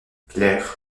claire